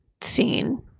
scene